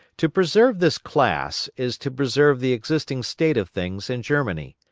to preserve this class is to preserve the existing state of things in germany.